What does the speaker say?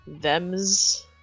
them's